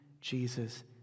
Jesus